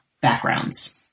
backgrounds